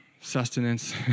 sustenance